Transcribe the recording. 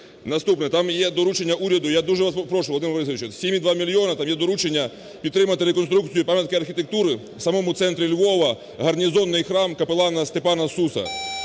Наступне: там є доручення уряду, я вас дуже попрошу Володимир Борисович, 7,2 мільйони там є доручення підтримати реконструкцію пам'ятки архітектури в самому центрі Львова, гарнізонний храм капелана Степана Суса.